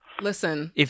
Listen